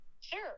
Sure